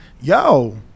Yo